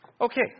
Okay